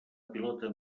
pilota